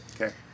okay